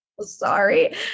sorry